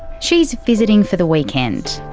she's visiting for the weekend.